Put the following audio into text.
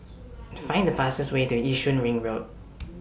Find The fastest Way to Yishun Ring Road